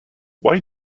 why